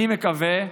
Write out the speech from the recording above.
אני מקווה,